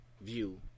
View